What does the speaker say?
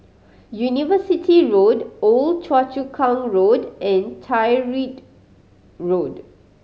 University Road Old Choa Chu Kang Road and Tyrwhitt Road